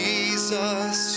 Jesus